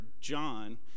John